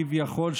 כביכול,